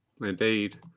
Indeed